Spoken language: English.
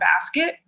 basket